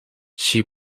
she